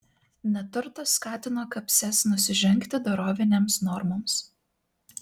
neturtas skatino kapses nusižengti dorovinėms normoms